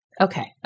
Okay